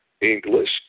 English